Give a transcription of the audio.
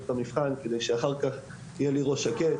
את המבחן כדי שאחר כך יהיה לי ראש שקט'.